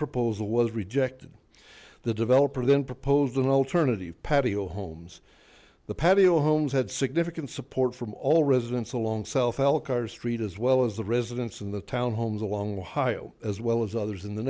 proposal was rejected the developer then proposed an alternative patio homes the patio homes had significant support from all residents along self street as well as the residents in the town homes along as well as others in the